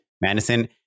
Madison